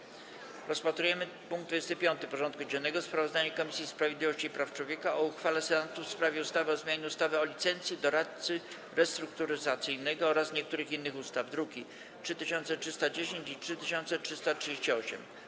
Przystępujemy do rozpatrzenia punktu 25. porządku dziennego: Sprawozdanie Komisji Sprawiedliwości i Praw Człowieka o uchwale Senatu w sprawie ustawy o zmianie ustawy o licencji doradcy restrukturyzacyjnego oraz niektórych innych ustaw (druki nr 3310 i 3338)